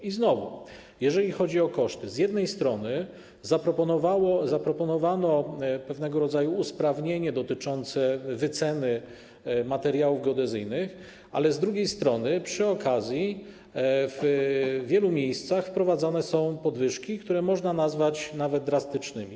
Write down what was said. I znowu jeżeli chodzi o koszty, z jednej strony zaproponowano pewnego rodzaju usprawnienie dotyczące wyceny materiałów geodezyjnych, ale z drugiej strony przy okazji w wielu miejscach wprowadzone są podwyżki, które można nazwać nawet drastycznymi.